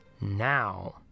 now